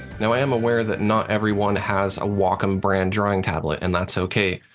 now i am aware that not everyone has a wacom brand drawing tablet, and that's okay.